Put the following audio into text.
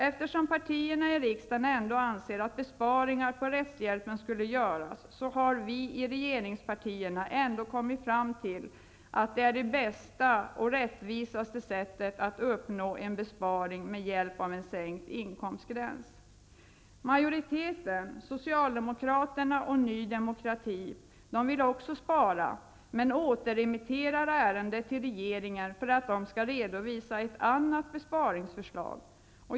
Eftersom partierna i riksdagen ansett att besparingar på rättshjälpen skulle göras, har vi i regeringspartierna kommit fram till att det är det bästa och mest rättvisa sättet att uppnå besparingar med hjälp av sänkt inkomstgräns. Majoriteten, Socialdemokraterna och Ny demokrati, vill också spara, men återremitterar ärendet till regeringen för att man skall redovisa ett annat besparingsförslag.